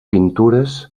pintures